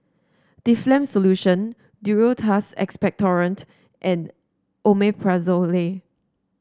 Difflam Solution Duro Tuss Expectorant and Omeprazole